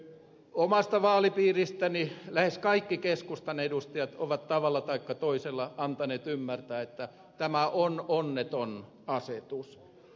omasta vaalipiiristäni lähes kaikki keskustan edustajat ovat tavalla taikka toisella antaneet ymmärtää että tämä on onneton asetus